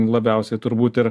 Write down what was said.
labiausiai turbūt ir